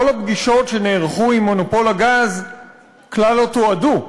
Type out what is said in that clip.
כל הפגישות שנערכו עם מונופול הגז כלל לא תועדו.